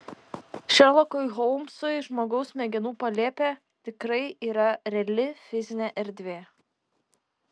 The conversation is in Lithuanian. šerlokui holmsui žmogaus smegenų palėpė tikrai yra reali fizinė erdvė